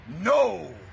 No